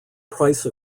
price